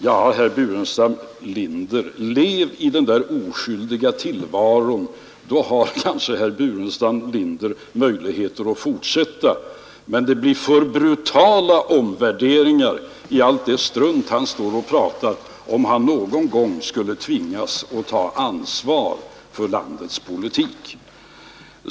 Ja, herr Burenstam Linder, lev i den där oskyldiga tillvaron. Då kanske herr Burenstam Linder har möjligheter att fortsätta. Men det blir för brutala omvärderingar i allt det strunt han står och pratar, om han någon gång skulle tvingas att ta ansvar för landets politik.